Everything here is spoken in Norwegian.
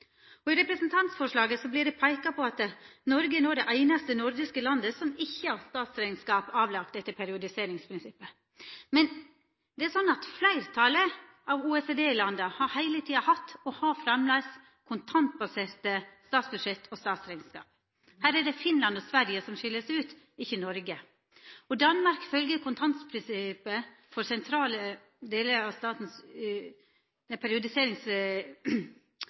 I representantforslaget vert det peika på at «Norge er nå det eneste nordiske landet som ikke har statsregnskap avlagt etter periodiseringsprinsippet». Men det er slik at fleirtalet av OECD-landa heile tida har hatt og har framleis kontantbaserte statsbudsjett og statsrekneskap. Her er det Finland og Sverige som skil seg ut, ikkje Noreg. Danmark følgjer kontantprinsippet for sentrale delar av statens